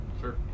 Sure